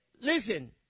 listen